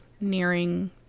nearing